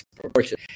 proportion